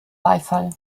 beifall